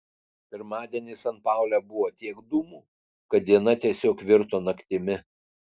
pirmadienį san paule buvo tiek dūmų kad diena tiesiog virto naktimi